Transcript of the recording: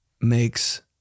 makes